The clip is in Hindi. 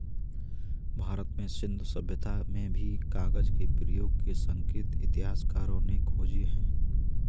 भारत में सिन्धु सभ्यता में भी कागज के प्रयोग के संकेत इतिहासकारों ने खोजे हैं